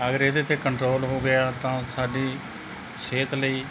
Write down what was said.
ਅਗਰ ਇਹਦੇ 'ਤੇ ਕੰਟਰੋਲ ਹੋ ਗਿਆ ਤਾਂ ਸਾਡੀ ਸਿਹਤ ਲਈ